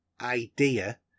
idea